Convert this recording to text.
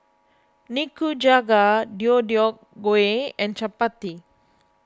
Nikujaga Deodeok Gui and Chapati